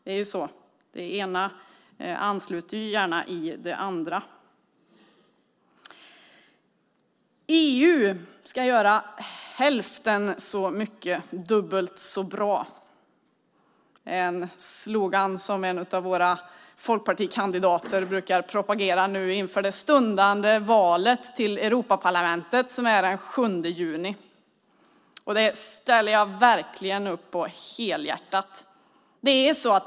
Det ena ansluter gärna till det andra. EU ska göra hälften så mycket dubbelt så bra. Det är en slogan som en av våra folkpartikandidater brukar propagera för inför det stundande valet till Europaparlamentet som är den 7 juni. Det ställer jag verkligen helhjärtat upp på.